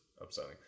Upsetting